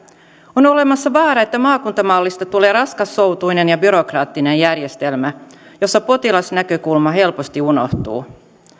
on olemassa vaara että maakuntamallista tulee raskassoutuinen ja byrokraattinen järjestelmä jossa potilasnäkökulma helposti unohtuu